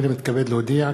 הנני מתכבד להודיע,